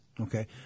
Okay